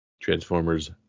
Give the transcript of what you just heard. Transformers